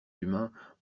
humains